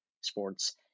sports